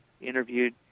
interviewed